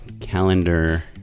calendar